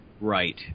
right